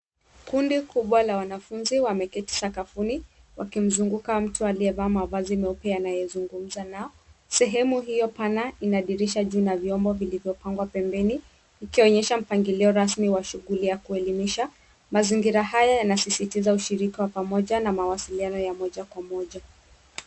Kundi kubwa la wanafunzi wameketi sakafuni wakizunguka mtu aliyevaa mavazi meupe anauyeugumza nao. Sehemu hiyo pana ina dirisha kuu na vyombo vilivyopangwa pembeni ikionyesha mpangilio rasmi wa shughuli za kuelimisha .Mazingira haya yanasisitiza ushirika wa pamoja na mawasiliano ya moja kwa moja.